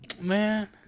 man